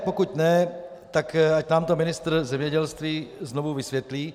Pokud ne, tak ať nám to ministr zemědělství znovu vysvětlí.